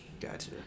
Gotcha